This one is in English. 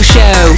Show